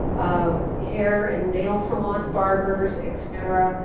ah hair and nail salons, barbers, et cetera,